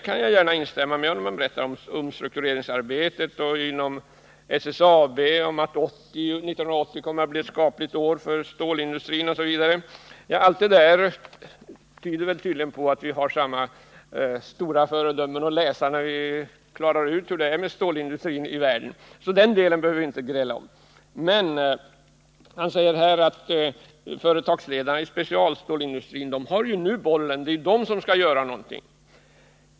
Han säger sedan när han berättar om omstruktureringsarbetet inom SSAB — och det kan jag också gärna instämma med honom i — att 1980 kommer att bli ett skapligt år för stålindustrin osv. Allt det där tyder tydligen på att vi har samma höga föredöme när vi klarar ut hur det är med stålindustrin i världen, så den delen behöver vi inte heller gräla om. Men han säger att företagsledarna i specialstålsindustrin nu har bollen, att det är de som skall göra någonting.